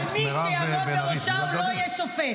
-- את אמרת ועדה, כמו סטייק התהפכת.